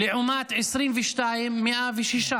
לעומת 106 ב-2022.